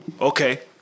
Okay